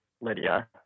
Lydia